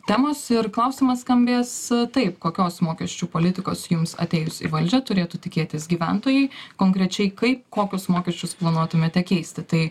temos ir klausimas skambės taip kokios mokesčių politikos jums atėjus į valdžią turėtų tikėtis gyventojai konkrečiai kaip kokius mokesčius planuotumėte keisti tai